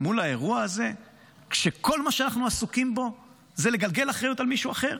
מול האירוע הזה כשכל מה שאנחנו עסוקים בו זה לגלגל אחריות על מישהו אחר,